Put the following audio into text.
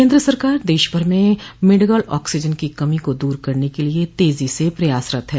केन्द्र सरकार देश भर में मेडिकल ऑक्सीजन की कमी को दूर करने के लिये तेजी से प्रयासरत है